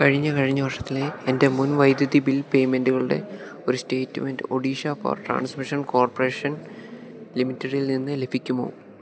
കഴിഞ്ഞ കഴിഞ്ഞ വർഷത്തിലെ എൻ്റെ മുൻ വൈദ്യുതി ബിൽ പേയ്മെൻ്റുകളുടെ ഒരു statement Odisha power transmission corporation ലിമിറ്റഡിൽനിന്ന് ലഭിക്കുമോ